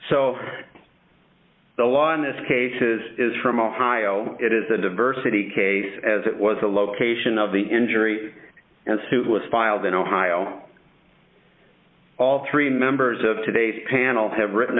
so the law in this case is is from ohio it is the diversity case as it was the location of the injury and suit was filed in ohio all three members of today's panel have written